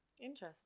Interesting